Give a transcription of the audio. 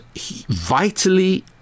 vitally